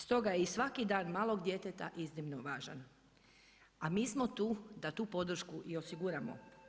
Stoga je i svaki dan malog djeteta iznimno važan, a mi smo tu da tu podršku i osiguramo.